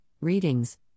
readings